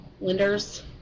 Lenders